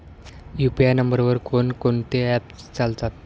UPI नंबरवर कोण कोणते ऍप्स चालतात?